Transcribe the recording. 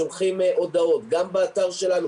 שולחים הודעות גם באתר שלנו.